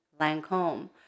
Lancome